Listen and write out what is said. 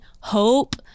hope